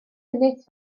ynys